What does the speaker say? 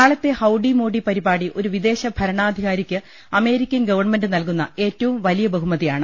നാളത്തെ ഹൌഡി പരിപാടി ഒരു വിദേശ ഭര ണാധികാരിക്ക് അമേരിക്കൻ ഗവൺമെന്റ് നൽകുന്ന ഏറ്റവും വലിയ ബഹുമതിയാണ്